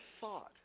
thought